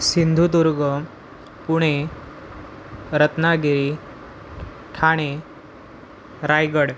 Sindhudurg Pune Ratnagiri Thane Raigad